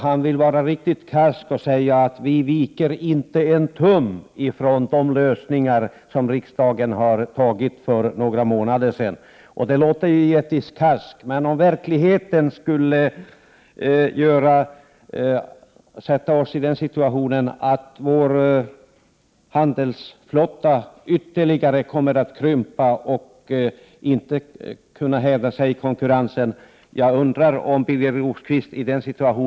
Han vill vara riktigt karsk och säger att vi inte viker en tum från de lösningar som riksdagen har beslutat om för några månader sedan. Det låter givetvis karskt, men om verkligheten försätter oss i situationen att vår handelsflotta krymper ytterligare och inte kan hävda sig i konkurrensen, då undrar jag om Birger Rosqvist kan låta lika karsk.